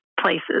places